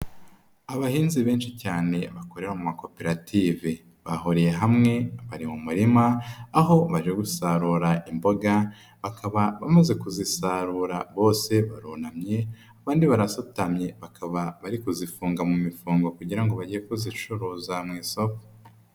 Abahinzi benshi cyane bakorera mu makoperative bahuriye hamwe bari mu murima aho baje gusarura imboga bamaze kuzisarura bose barunamye abandi barasutamye bari kuzifunga mu mifungo kugira ngo bajye kuzicuruza mu isoko.